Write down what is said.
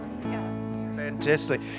Fantastic